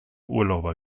urlauber